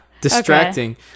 Distracting